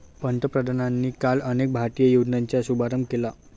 पंतप्रधानांनी काल अनेक भारतीय योजनांचा शुभारंभ केला